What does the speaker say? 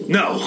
no